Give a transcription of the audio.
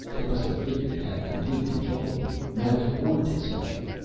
it must have figured it had complete control of me, mounted or dismounted.